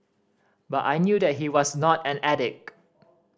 but I knew that he was not an addict